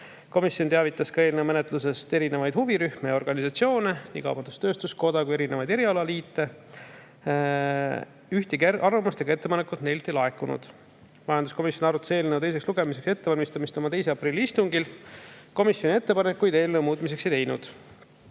Komisjon teavitas eelnõu menetlusest ka erinevaid huvirühmi ja organisatsioone, nii kaubandus-tööstuskoda kui ka erinevaid erialaliite. Ühtegi arvamust ega ettepanekut neilt ei laekunud. Majanduskomisjon arutas eelnõu teiseks lugemiseks ettevalmistamist oma 2. aprilli istungil. Komisjon ettepanekuid eelnõu muutmiseks ei teinud.